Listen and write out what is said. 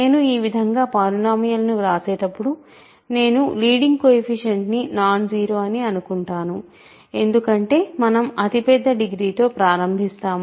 నేను ఈ విధంగా ఒక పాలినోమియల్ ను వ్రాసేటప్పుడు నేను లీడింగ్ కోయెఫిషియంట్ ని నాన్ జీరో అని అనుకుంటాను ఎందుకంటే మనం అతిపెద్ద డిగ్రీతో ప్రారంభిస్తాము